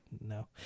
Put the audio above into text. no